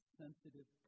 sensitive